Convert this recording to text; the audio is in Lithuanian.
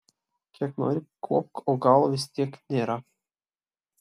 kiek nori kuopk o galo vis tiek nėra